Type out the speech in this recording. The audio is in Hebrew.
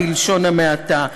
בלשון המעטה.